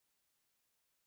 oh okay